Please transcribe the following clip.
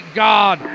god